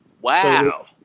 Wow